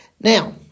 Now